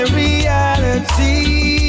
reality